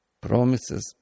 promises